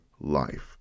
life